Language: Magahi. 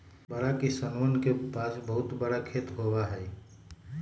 बड़का किसनवन के पास बहुत बड़ा खेत होबा हई